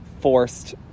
forced